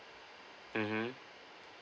mmhmm